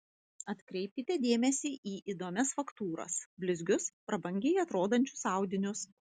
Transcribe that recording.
atkreipkite dėmesį į įdomias faktūras blizgius prabangiai atrodančius audinius